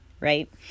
Right